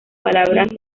palabras